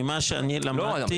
ממה שאני למדתי,